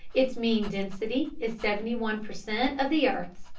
its mean density is seventy one per cent of the earth's,